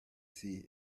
see